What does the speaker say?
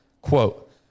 Quote